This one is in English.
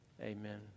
amen